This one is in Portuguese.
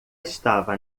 estava